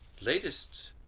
latest